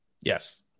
Yes